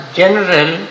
general